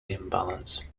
imbalance